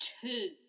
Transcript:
two